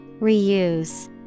Reuse